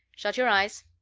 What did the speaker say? shut your eyes.